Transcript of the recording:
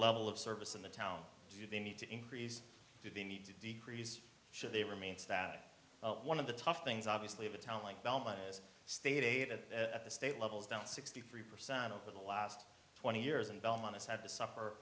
level of service in the town do they need to increase do they need to decrease should they remains that one of the tough things obviously of a town like belmont is stated at the state level is down sixty three percent over the last twenty years and belmont is at the suffer